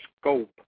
scope